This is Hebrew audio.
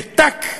וטַק,